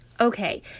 Okay